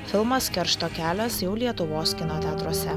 filmas keršto kelias jau lietuvos kino teatruose